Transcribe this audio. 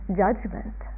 judgment